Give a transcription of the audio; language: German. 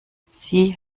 sie